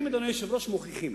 אדוני היושב-ראש, המחקרים מוכיחים